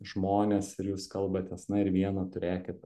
žmonės ir jūs kalbatės na ir vieną turėkit